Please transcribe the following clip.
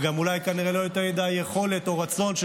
וגם אולי כנראה לא יותר מדי יכולת או רצון של